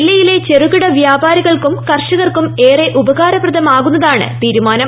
ജില്ലയിലെ ചെറുകിട വ്യാപാരികൾക്കും കർഷകർക്കും ഏറെ ഉപകാരപ്രദമാകുന്നതാണ് തീരുമാനം